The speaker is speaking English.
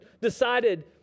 decided